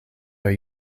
are